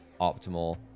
optimal